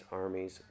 armies